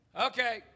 Okay